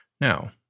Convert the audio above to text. Now